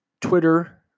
Twitter